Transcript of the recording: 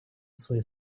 свои